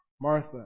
Martha